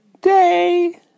day